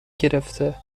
گرفته